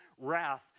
wrath